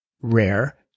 rare